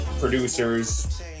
producers